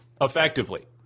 effectively